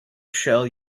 shall